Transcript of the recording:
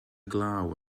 glaw